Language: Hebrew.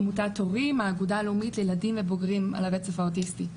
עמותת טובים "האגודה הלאומית לילדים ובוגרים על הרצף האוטיסטי".